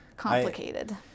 complicated